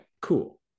Cool